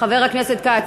חבר הכנסת כץ.